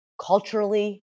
culturally